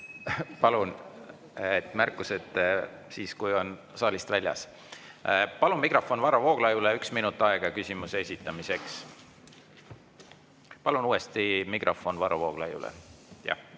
Palun! Märkused siis, kui olete saalist väljas. Palun mikrofon Varro Vooglaiule, üks minut aega küsimuse esitamiseks. Palun uuesti mikrofon Varro Vooglaiule.